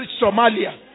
Somalia